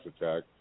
attack